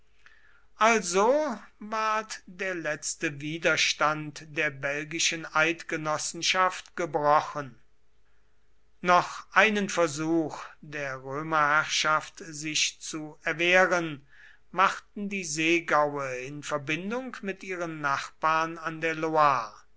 also ward der letzte widerstand der belgischen eidgenossenschaft gebrochen noch einen versuch der römerherrschaft sich zu erwehren machten die seegaue in verbindung mit ihren nachbarn an der